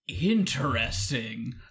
Interesting